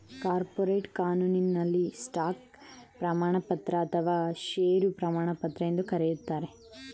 corporate ಕಾನೂನಿನಲ್ಲಿ stock ಪ್ರಮಾಣಪತ್ರ ಅಥವಾ ಶೇರು ಪ್ರಮಾಣಪತ್ರ ಎಂದು ಕರೆಯುತ್ತಾರೆ